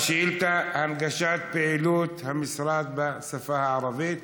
השאילתה: הנגשת פעילות המשרד בשפה הערבית,